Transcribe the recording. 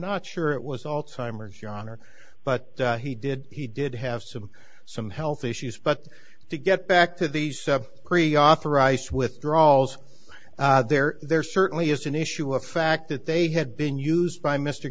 not sure it was all timers your honor but he did he did have some some health issues but to get back to the pre authorized withdrawals there there certainly is an issue a fact that they had been used by mr